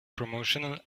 promotional